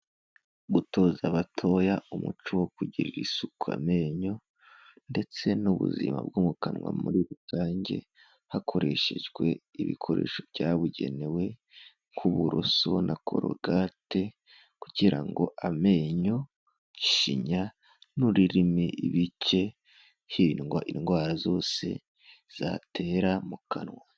Gutoza abatoya umuco wo kugira isuku amenyo, ndetse n'ubuzima bwo mu kanwa muri rusange, hakoreshejwe ibikoresho byabugenewe, nk'uburoso na korogate kugira amenyo, shinya, n'ururimi bicye hirindwa indwara zose zatera mu kanwa.